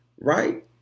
Right